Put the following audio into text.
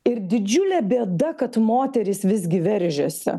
ir didžiulė bėda kad moterys visgi veržiasi